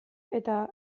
eta